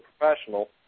professional